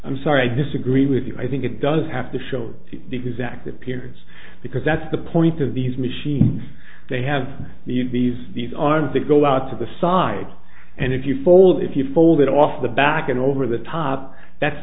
i'm sorry i disagree with you i think it does have to show the exact appearance because that's the point of these machines they have u b s these arms they go out to the sides and if you fold if you fold it off the back and over the top that's